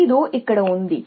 5 ఇక్కడ ఉంది